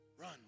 Run